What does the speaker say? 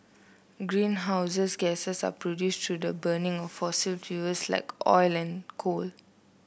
greenhouses gases are produced through the burning of fossil fuels like oil and coal